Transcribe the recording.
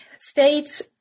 States